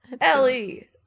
Ellie